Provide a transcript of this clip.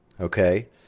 Okay